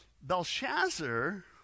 Belshazzar